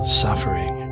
suffering